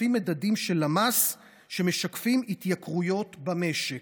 לפי מדדים של הלמ"ס שמשקפים התייקרויות במשק,